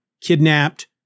kidnapped